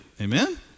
amen